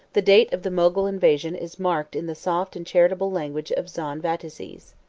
the date of the mogul invasion is marked in the soft and charitable language of john vataces.